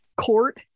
Court